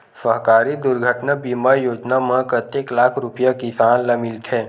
सहकारी दुर्घटना बीमा योजना म कतेक लाख रुपिया किसान ल मिलथे?